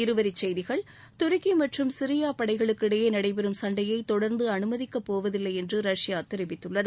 இருவரிச்செய்திகள் துருக்கி மற்றும் சிரியா படைகளுக்கு இடையே நடைபெறும் சண்டையை தொடர்ந்து அனுமதிக்கப் போவதில்லை என்று ரஷ்யா தெரிவித்துள்ளது